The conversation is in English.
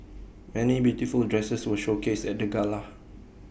many beautiful dresses were showcased at the gala